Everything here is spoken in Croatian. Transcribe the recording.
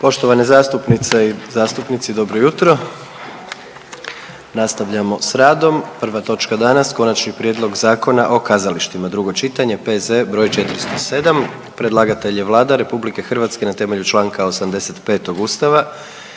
Poštovane zastupnice i zastupnici dobro jutro. Nastavljamo s radom, prva točka danas: - Konačni prijedlog Zakona o kazalištima, drugo čitanje, P.Z. br. 407. Predlagatelj je Vlada RH na temelju čl. 85. Ustava